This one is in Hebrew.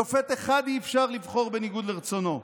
שופט אחד אי-אפשר לבחור בניגוד לרצונו.